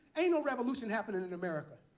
ain't no revolution happening in america.